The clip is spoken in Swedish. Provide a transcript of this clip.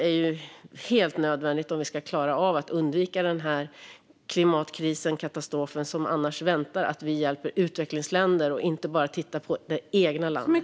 Om vi ska klara av att undvika den klimatkatastrof som annars väntar är det helt nödvändigt att vi hjälper utvecklingsländer och inte bara tittar på det egna landet.